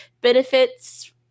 Benefits